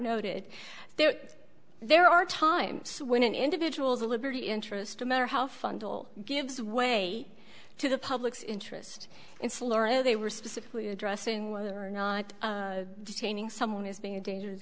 noted there are times when an individual's liberty interest a matter how fundal gives way to the public's interest in florida they were specifically addressing whether or not detaining someone is being a dangerous